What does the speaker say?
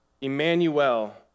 Emmanuel